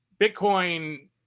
Bitcoin